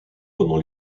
pendant